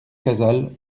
casals